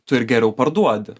tu ir geriau parduodi